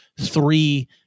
three